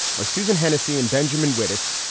our susan hennessy and benjamin whittis.